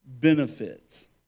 benefits